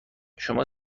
شما